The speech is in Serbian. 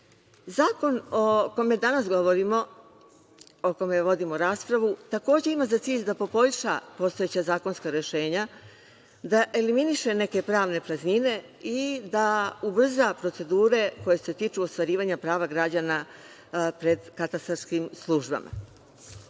o kome danas govorimo, o kome vodimo raspravu, takođe, ima za cilj da poboljša postojeća zakonska rešenja, da eliminiše neke pravne praznine i da ubrza procedure koje se tiču ostvarivanja prava građana pred katastarskim službama. Prvi